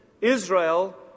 Israel